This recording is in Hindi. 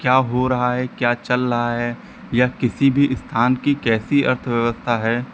क्या हो रहा है क्या चल रहा है या किसी भी स्थान की कैसी अर्थव्यवस्था है